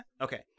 okay